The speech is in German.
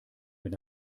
wenn